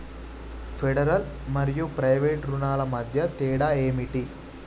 Federal మరియు private రుణాల మధ్య తేడా ఏమిటి?